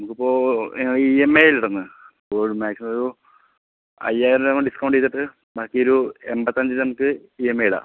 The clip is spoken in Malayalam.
നിങ്ങൾക്കിപ്പോൾ ഇ എം ഐയിലിടുന്നത് അപ്പോൾ മാക്സിമമൊരു അയ്യായിരം രൂപ നമ്മൾ ഡിസ്കൗണ്ട് ചെയ്തിട്ട് ബാക്കി ഒരു എൺപത്തഞ്ച് നമുക്ക് ഇ എം ഐ ഇടാം